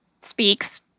Speaks